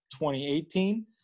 2018